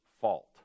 fault